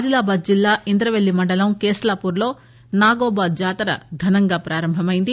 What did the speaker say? ఆదిలాబాద్ జిల్లా ఇంద్రపెల్లి మండలం కేస్లాపూర్లో నాగోబా జాతర ఘనంగా ప్రారంభమైంది